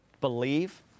believe